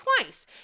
twice